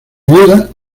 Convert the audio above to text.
viuda